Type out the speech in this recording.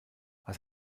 was